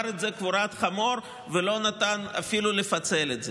את זה קבורת חמור ולא נתן אפילו לפצל את זה.